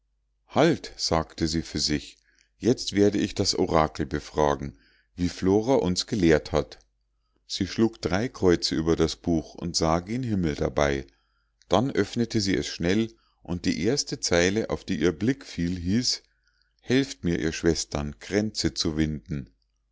halt sagte sie für sich jetzt werde ich das orakel befragen wie flora uns gelehrt hat sie schlug drei kreuze über das buch und sah gen himmel dabei dann öffnete sie es schnell und die erste zeile auf die ihr blick fiel hieß helft mir ihr schwestern kränze zu winden